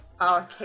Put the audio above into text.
okay